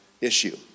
issue